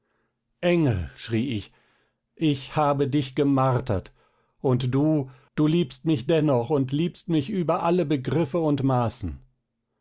engel schrie ich ich habe dich gemartert und du du liebst mich dennoch und liebst mich über alle begriffe und maßen